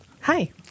Hi